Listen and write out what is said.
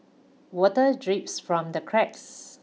water drips from the cracks